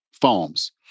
foams